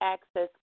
Access